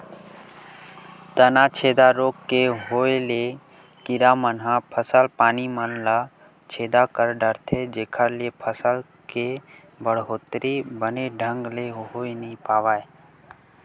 तनाछेदा रोग के होय ले कीरा मन ह फसल पानी मन ल छेदा कर डरथे जेखर ले फसल के बड़होत्तरी बने ढंग ले होय नइ पावय